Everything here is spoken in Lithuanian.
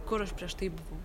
kur aš prieš tai buvau